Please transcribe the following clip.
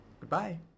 Goodbye